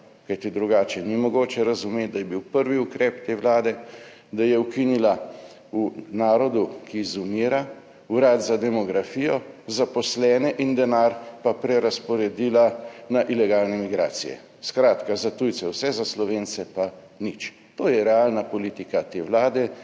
kajti drugače ni mogoče razumeti, da je bil prvi ukrep te vlade, da je ukinila v narodu, ki izumira, Urad za demografijo, zaposlene in denar pa prerazporedila na ilegalne migracije. Skratka, za tujce vse, za Slovence pa nič. To je realna politika te Vlade